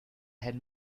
head